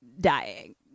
dying